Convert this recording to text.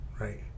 right